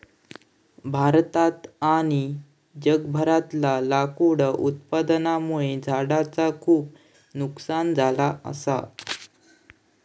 भारतात आणि जगभरातला लाकूड उत्पादनामुळे झाडांचा खूप नुकसान झाला असा